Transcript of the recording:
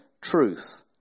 truth